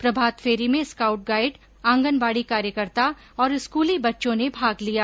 प्रभात फेरी में scout guide anganwadi कार्यकर्ता और स्कूली बच्चों ने भाग लिया